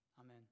Amen